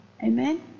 Amen